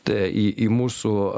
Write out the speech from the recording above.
tai į į mūsų